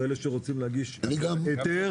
כאלה שרוצים להגיש היתר,